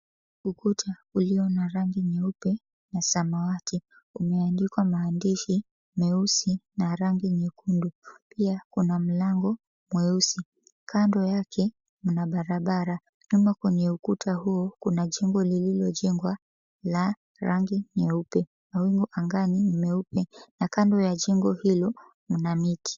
Ukuta ulio na rangi nyeupe na samawati umeandikwa maandishi meusi na ya rangi nyekundu. Pia kuna mlango mweusi. Kando yake kuna barabara . Kando kwenye ukuta huo kuna jengo lililojengwa la rangi nyeupe. Mawingu angani ni meupe na kando ya jengo hilo kuna miti.